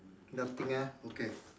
nothing ah okay